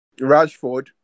Rashford